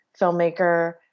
filmmaker